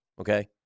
okay